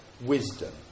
wisdom